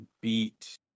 beat